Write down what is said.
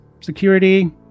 security